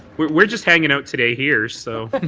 we're we're just hanging out today here. so